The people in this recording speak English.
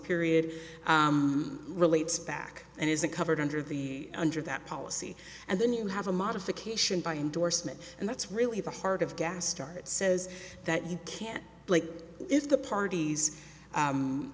period relates back and isn't covered under the under that policy and then you have a modification by endorsement and that's really the heart of gas start says that you can't if the parties